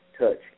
touch